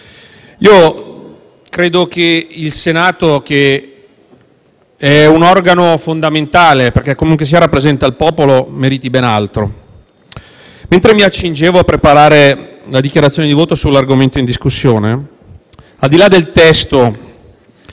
Io credo che il Senato, che è un organo fondamentale perché rappresenta il popolo, meriti ben altro. Mentre mi accingevo a preparare la dichiarazione di voto sul disegno di legge in esame, al di là del testo